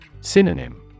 Synonym